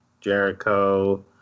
jericho